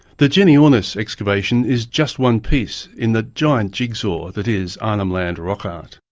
the genyornis excavation is just one piece in the giant jigsaw that is arnhem land rock art.